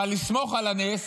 אבל לסמוך על הנס